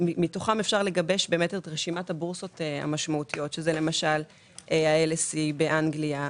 אפשר לגבש את רשימת הבורסות המשמעותיות - LSE באנגליה,